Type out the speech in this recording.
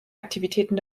aktivitäten